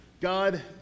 God